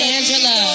Angela